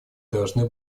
должны